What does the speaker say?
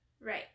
Right